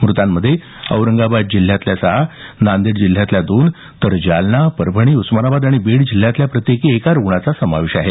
मृतांमध्ये औरंगाबाद जिल्ह्यातल्या सहा नांदेड जिल्ह्यातल्या दोन तर जालना परभणी उस्मानाबाद आणि बीड जिल्ह्यातल्या प्रत्येकी एका रुग्णाचा समावेश आहे